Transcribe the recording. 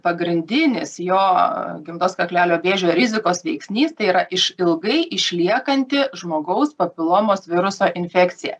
pagrindinis jo gimdos kaklelio vėžio rizikos veiksnys tai yra iš ilgai išliekanti žmogaus papilomos viruso infekcija